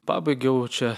pabaigiau čia